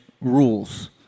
rules